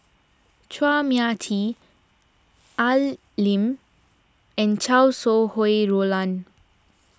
Chua Mia Tee Al Lim and Chow Sau Hai Roland